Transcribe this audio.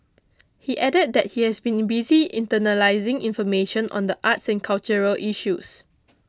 he added that he has been busy internalising information on the arts and cultural issues